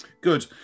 Good